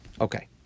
Okay